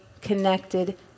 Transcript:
connected